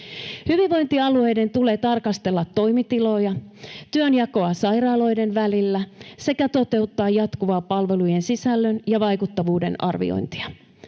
Hyvinvointialueiden tulee tarkastella toimitiloja, työnjakoa sairaaloiden välillä sekä toteuttaa jatkuvaa palvelujen sisällön ja vaikuttavuuden arviointia.